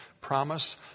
promise